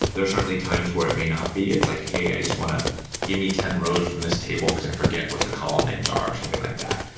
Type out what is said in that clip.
there are certainly times where it may not be. it's like, hey, i just want to give me ten rows from this table, because i forget what the column names are, or something like that.